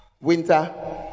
winter